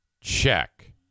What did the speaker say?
Check